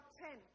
ten